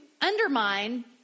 undermine